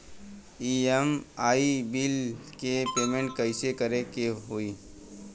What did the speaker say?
EMI bill के payment कइसे करे के होई?